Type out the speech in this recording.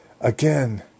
Again